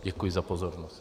Děkuji za pozornost.